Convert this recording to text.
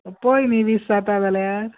पळय न्हय वीस जाता जाल्यार